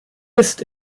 ist